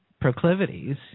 proclivities